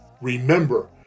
Remember